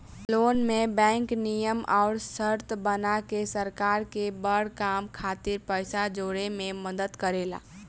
loan में bank नियम अउर शर्त बना के सरकार के बड़ काम खातिर पइसा जोड़े में मदद करेला